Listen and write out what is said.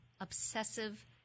obsessive